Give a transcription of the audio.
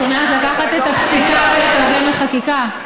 את אומרת לקחת את הפסיקה ולקדם לחקיקה.